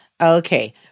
Okay